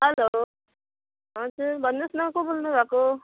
hello हजुर भन्नुहोस् न को बोल्नुभएको